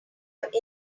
have